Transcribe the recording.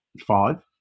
five